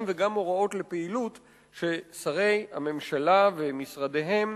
וגם הוראות לפעילות ששרי הממשלה ומשרדיהם